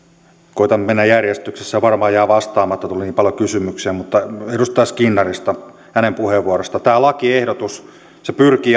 koetan mennä järjestyksessä varmaan jää vastaamatta tuli niin paljon kysymyksiä edustaja skinnarin puheenvuorosta tämä lakiehdotus pyrkii